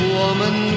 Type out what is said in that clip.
woman